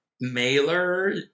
Mailer